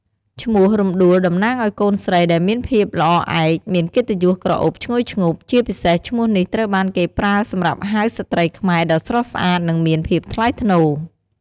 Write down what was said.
ឈ្មោះរំដួល តំណាងអោយកូនស្រី ដែលមានភាពល្អឯក មានកិត្តិយសក្រអូបឈ្ងុយឈ្ងប់ ជាពិសេសឈ្មោះនេះត្រូវបានគេប្រើសម្រាប់ហៅស្ត្រីខ្មែរដ៏ស្រស់ស្អាត និងមានភាពថ្លៃថ្នូរ។